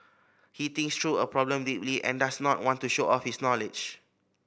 he thinks through a problem deeply and does not want to show off his knowledge